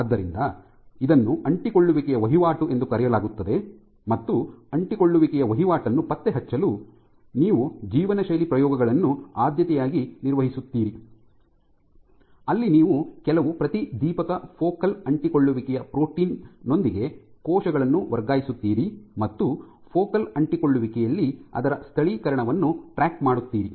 ಆದ್ದರಿಂದ ಇದನ್ನು ಅಂಟಿಕೊಳ್ಳುವಿಕೆಯ ವಹಿವಾಟು ಎಂದು ಕರೆಯಲಾಗುತ್ತದೆ ಮತ್ತು ಅಂಟಿಕೊಳ್ಳುವಿಕೆಯ ವಹಿವಾಟನ್ನು ಪತ್ತೆಹಚ್ಚಲು ನೀವು ಜೀವನಶೈಲಿ ಪ್ರಯೋಗಗಳನ್ನು ಆದ್ಯತೆಯಾಗಿ ನಿರ್ವಹಿಸುತ್ತೀರಿ ಅಲ್ಲಿ ನೀವು ಕೆಲವು ಪ್ರತಿದೀಪಕ ಫೋಕಲ್ ಅಂಟಿಕೊಳ್ಳುವಿಕೆಯ ಪ್ರೋಟೀನ್ ನೊಂದಿಗೆ ಕೋಶಗಳನ್ನು ವರ್ಗಾಯಿಸುತ್ತೀರಿ ಮತ್ತು ಫೋಕಲ್ ಅಂಟಿಕೊಳ್ಳುವಿಕೆಯಲ್ಲಿ ಅದರ ಸ್ಥಳೀಕರಣವನ್ನು ಟ್ರ್ಯಾಕ್ ಮಾಡುತ್ತೀರಿ